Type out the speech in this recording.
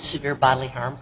severe bodily harm